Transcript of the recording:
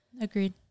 Agreed